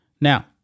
now